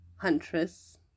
huntress